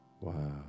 Wow